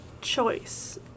choice